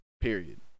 period